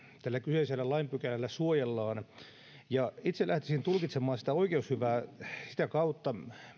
tällä kyseisellä lain pykälällä suojellaan itse lähtisin tulkitsemaan sitä oikeushyvää sitä kautta